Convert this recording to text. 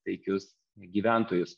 taikius gyventojus